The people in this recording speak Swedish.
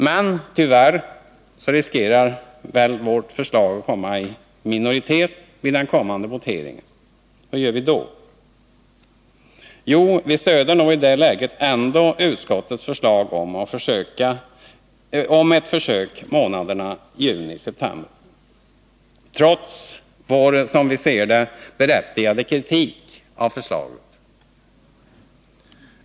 Men tyvärr riskerar våra förslag att hamna i minoritet vid den kommande voteringen. Hur gör vi då? Jo, vi stöder nog i detta läge ändå utskottets förslag om ett försök månaderna juni-september trots vår, som vi ser det, berättigade kritik av förslaget.